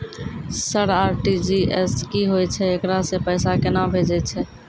Sir RTGS की होय छै, एकरा से पैसा केना भेजै छै?